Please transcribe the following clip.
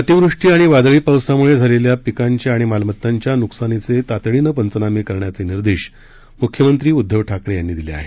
अतिवृष्टी आणि वादळी पावसामुळे झालेल्या पिकांच्या आणि मालमत्तांच्या नुकसानीचे पंचनामे तातडीने करण्याचे निर्देश मुख्यमंत्री उद्धव ठाकरे यांनी दिले आहेत